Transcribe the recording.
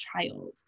child